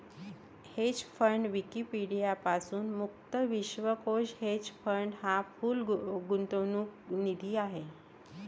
hedge fund Wikipedia पासून मुक्त विश्वकोश हेज फंड हा पूल गुंतवणूक निधी आहे